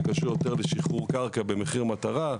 שקשור יותר לשחרור קרקע במחיר מטרה.